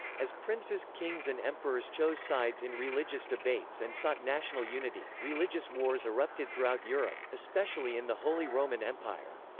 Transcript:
as princes, kings and emperors chose sides in religious debates and sought national unity, religious wars erupted throughout europe, especially in the holy roman empire.